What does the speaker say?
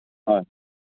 হয়